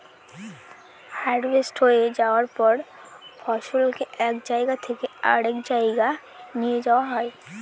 harvest হয়ে যায়ার পর ফসলকে এক জায়গা থেকে আরেক জাগায় নিয়ে যাওয়া হয়